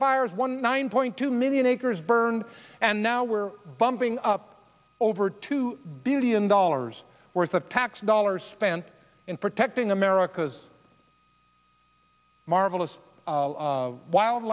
fires one nine point two million acres burned and now we're bumping up over two billion dollars worth of tax dollars spent in protecting america's marvelous wild